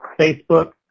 Facebook